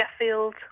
Sheffield